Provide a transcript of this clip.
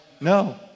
no